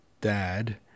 dad